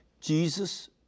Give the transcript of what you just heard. Jesus